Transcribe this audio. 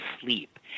sleep